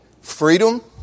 freedom